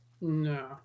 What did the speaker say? No